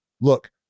look